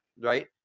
right